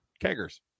keggers